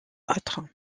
autre